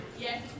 Yes